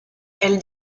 elle